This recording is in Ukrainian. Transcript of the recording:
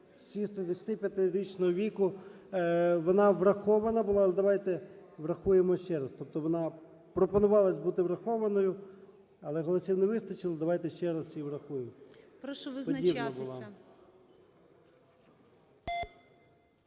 65-річного віку". Вона врахована. Давайте врахуємо ще раз. Тобто вона пропонувалась бути врахованою, але голосів не вистачило, давайте ще раз її врахуємо. Подібна була.